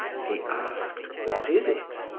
he asked what is it?